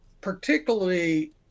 particularly